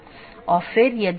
इसपर हम फिर से चर्चा करेंगे